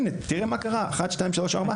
הינה, תראה מה קרה, אחת, שתיים, שלוש, ארבע.